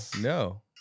no